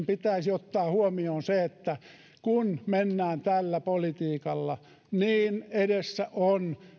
pitäisi ottaa huomioon että kun mennään tällä politiikalla niin edessä on